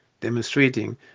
demonstrating